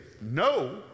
no